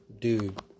Dude